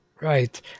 Right